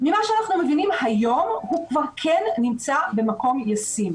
ממה שאנחנו מבינים היום הוא כבר כן נמצא במקום ישים.